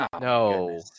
no